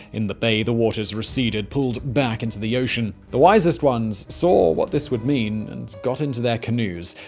in the bay, the waters receded, pulled back into the ocean. the wisest ones saw what this would mean, and got into their canoes.